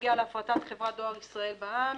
בנוגע להפרטת חברת דואר לישראל בע"מ,